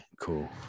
cool